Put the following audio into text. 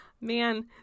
man